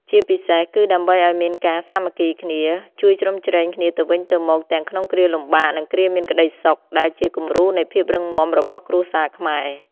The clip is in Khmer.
ជាពិសេស គឺដើម្បីឲ្យមានការសាមគ្គីគ្នា ជួយជ្រោមជ្រែងគ្នាទៅវិញទៅមក ទាំងក្នុងគ្រាលំបាក និងគ្រាមានក្តីសុខ ដែលជាគំរូនៃភាពរឹងមាំរបស់គ្រួសារខ្មែរ។